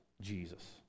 Jesus